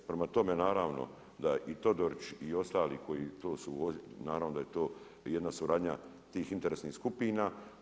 Prema tome naravno da i Todorić i koji ostali koji to su … naravno da je to jedna suradnja tih interesnih skupina.